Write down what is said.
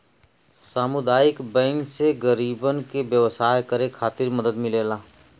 सामुदायिक बैंक से गरीबन के व्यवसाय करे खातिर मदद मिलेला